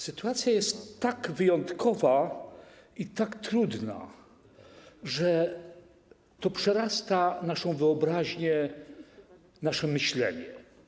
Sytuacja jest tak wyjątkowa i tak trudna, że to przerasta naszą wyobraźnię, nasze myślenie.